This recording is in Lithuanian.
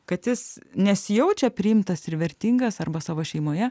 kad jis nesijaučia priimtas ir vertingas arba savo šeimoje